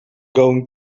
going